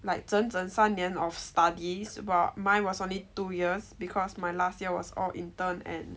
like 整整三年 of studies while mine was only two years because my last year was all intern and